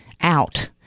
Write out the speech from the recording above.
out